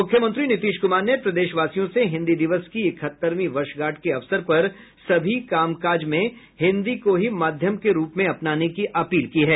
मुख्यमंत्री नीतीश कुमार ने प्रदेशवासियों से हिन्दी दिवस की इकहत्तरवीं वर्षगांठ के अवसर पर सभी काम काज में हिन्दी को ही माध्यम के रूप में अपनाने की अपील की है